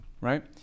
right